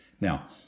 Now